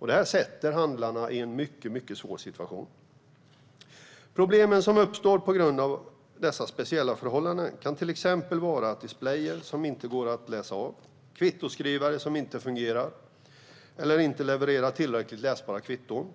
Detta försätter handlarna i en mycket svår situation. Problem som uppstår på grund av dessa speciella förhållanden kan till exempel vara displayer som inte går att avläsa, kvittoskrivare som inte fungerar eller inte levererar tillräckligt läsbara kvitton,